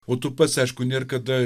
o tu pats aišku nėr kada